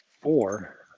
four